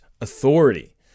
authority